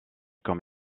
comme